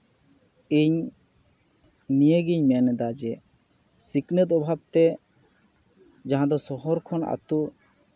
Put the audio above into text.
ᱤᱧ ᱱᱤᱭᱟᱹ ᱜᱮᱧ ᱢᱮᱱᱮᱫᱟ ᱡᱮ ᱥᱤᱠᱷᱱᱟᱹᱛ ᱚᱵᱷᱟᱵ ᱛᱮ ᱡᱟᱦᱟᱸ ᱫᱚ ᱥᱚᱦᱚᱨ ᱠᱷᱚᱱ ᱟᱛᱳ